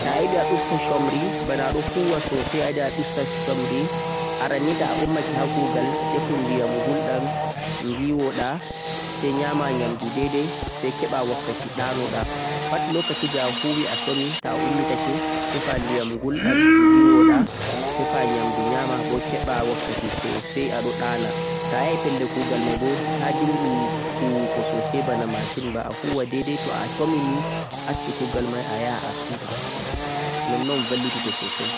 Ta'ayiɗe a ɗusta shumri ha pelle gugal, arannii Ta'a ummitake ha kugal tefu ndiyam ngulɗam sai ngewoɗa, nyama nyamdu daidai sai keɓa wakkati ɗanoɗa. Nde a huwe a somi pat sai keɓa wakkati ɗanoɗa